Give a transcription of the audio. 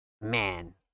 Man